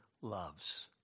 loves